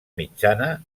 mitjana